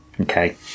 Okay